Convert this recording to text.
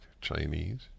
Chinese